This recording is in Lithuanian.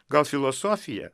gal filosofija